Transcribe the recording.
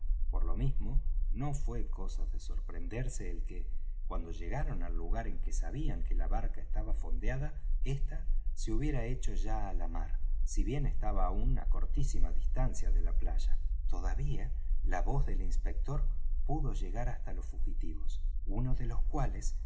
por lo mismo no fué cosa de sorprenderse el que cuando llegaron al lugar en que sabían que la barca estaba fondeada ésta se hubiera hecho ya á la mar si bien estaba aún á cortísima distancia de la playa todavía la voz del inspector pudo llegar hasta los fugitivos uno de los cuales